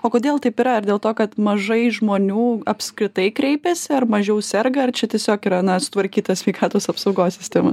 o kodėl taip yra ar dėl to kad mažai žmonių apskritai kreipiasi ar mažiau serga ar čia tiesiog yra na sutvarkyta sveikatos apsaugos sistema